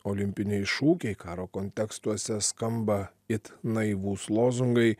olimpiniai šūkiai karo kontekstuose skamba it naivūs lozungai